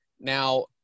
Now